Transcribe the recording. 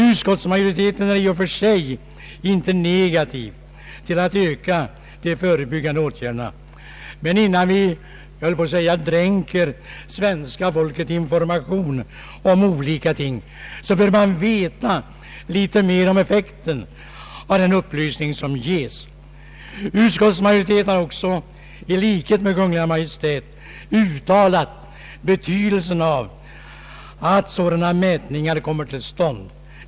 Utskottsmajoriteten är i och för sig inte negativt inställd till att ytterligare medel anslås för förebyggande åtgärder. Men innan vi dränker svenska folket i information om olika ting bör vi veta litet mera om effekten av den upplysning som ges. Utskottsmajoriteten har också i likhet med Kungl. Maj:t framhållit betydelsen av att mätningar på detta område kommer till stånd.